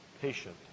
patient